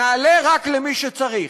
נעלה רק למי שצריך.